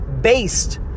based